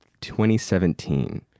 2017